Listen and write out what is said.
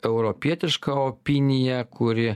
europietišką opiniją kuri